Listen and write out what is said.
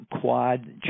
quad